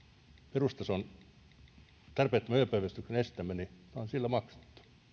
perustason tarpeettoman ajopäivystyksen estämme se on melkein sillä maksettu